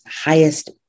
highest